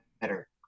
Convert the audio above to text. better